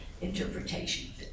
interpretation